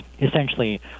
essentially